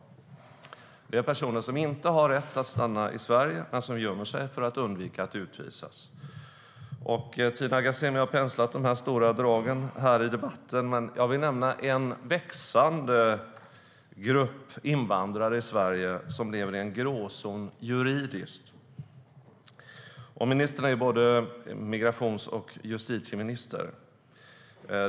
Det är personer som inte har rätt att stanna i Sverige men som gömmer sig för att undvika att utvisas. Tina Ghasemi har penslat de stora dragen här i debatten, men jag vill nämna en växande grupp invandrare i Sverige som lever i en gråzon juridiskt sett. Ministern är ju både migrations och justitieminister.